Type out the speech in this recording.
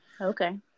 Okay